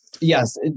Yes